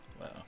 Wow